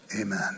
amen